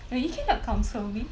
no you cannot counsel me